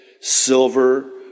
silver